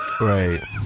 right